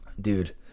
Dude